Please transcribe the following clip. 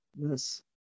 Yes